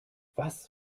was